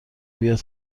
بیاد